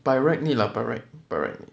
by right need lah by right by right